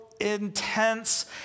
intense